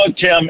Tim